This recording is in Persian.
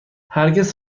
هرگز